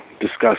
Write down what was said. discuss